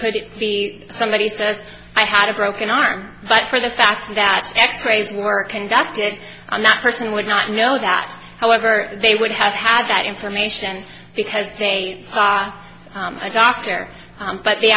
could be somebody says i had a broken arm but for the fact that x rays were conducted and that person would not know that however they would have had that information because they are a doctor but the